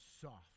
soft